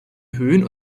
höhen